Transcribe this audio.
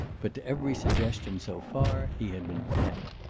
but to every suggestion so far he had been deaf.